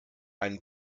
einen